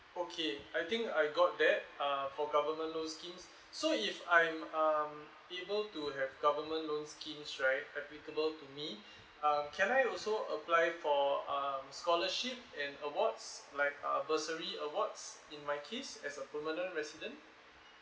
okay I think I got that uh for government loans scheme so if I'm um able to have government loans scheme right applicable to me uh can I also apply for um scholarship and awards like uh bursary awards in my case as a permanent resident